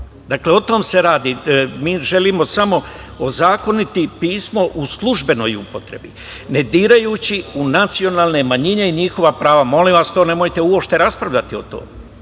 Dakle, o tome se radi. Mi želimo samo ozakoniti pismo u službenoj upotrebi, ne dirajući u nacionalne manjine i njihova prava. Molim vas, nemojte uopšte raspravljati o